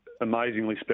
amazingly